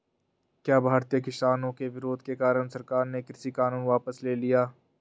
क्या भारतीय किसानों के विरोध के कारण सरकार ने कृषि कानून वापस ले लिया?